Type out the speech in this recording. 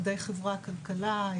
מדעי חברה כלכלה,